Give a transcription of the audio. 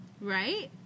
right